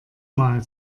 mal